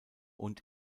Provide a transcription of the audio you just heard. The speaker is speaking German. und